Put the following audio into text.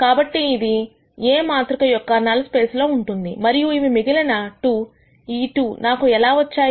కాబట్టి ఇది A మాతృక యొక్క నల్ స్పేస్ లో ఉంటుంది మరియు ఇవి మిగిలిన 2 ఈ 2 నాకు ఎలా వచ్చాయి